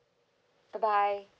bye bye